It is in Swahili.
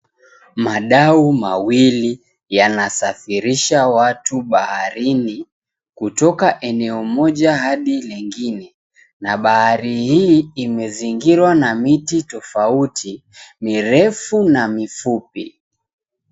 Madau mawili yanasafirisha watu baharini, kutoka eneo moja hadi lingine na bahari hii imezingirwa na miti tofauti mirefu na mifupi.